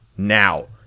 Now